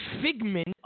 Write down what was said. figment